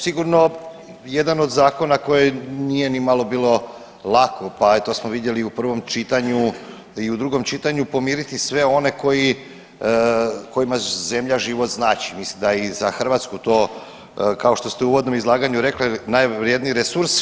Sigurno jedan od zakona koji nije nimalo bilo lako, pa to smo vidjeli i u prvom čitanju i u drugom čitanju pomiriti sve one koji, kojima zemlja život znači, mislim da je i za Hrvatsku to, kao što ste u uvodnom izlaganju rekli najvrijedniji resurs.